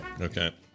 okay